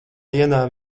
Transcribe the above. dienā